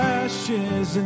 ashes